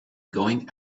going